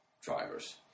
drivers